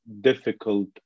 difficult